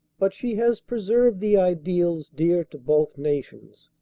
but she has pre served the ideals dear to both nations.